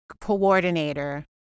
coordinator